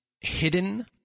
hidden